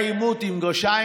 היה "עימות" עם גרשיים,